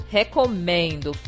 recomendo